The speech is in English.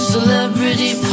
Celebrity